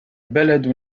بلد